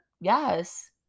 Yes